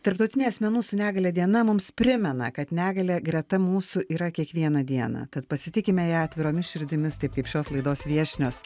tarptautinė asmenų su negalia diena mums primena kad negalia greta mūsų yra kiekvieną dieną tad pasitikime ją atviromis širdimis taip kaip šios laidos viešnios